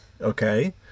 Okay